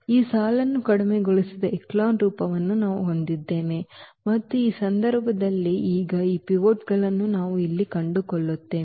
ಈ ಸಾಲನ್ನು ಕಡಿಮೆಗೊಳಿಸಿದ ಎಚೆಲಾನ್ ರೂಪವನ್ನು ನಾವು ಹೊಂದಿದ್ದೇವೆ ಮತ್ತು ಈ ಸಂದರ್ಭದಲ್ಲಿ ಈಗ ಈ ಪಿವೋಟ್ಗಳನ್ನು ನಾವು ಇಲ್ಲಿ ಕಂಡುಕೊಳ್ಳುತ್ತೇವೆ